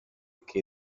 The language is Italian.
che